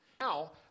Now